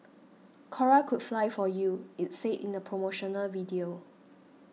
Cora could fly for you it said in a promotional video